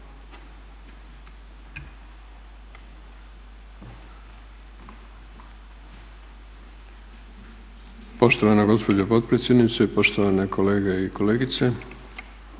Poštovana gospođo potpredsjednice, poštovane kolege i kolegice,